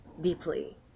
deeply